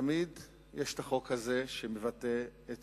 תמיד יש את החוק הזה שמבטא את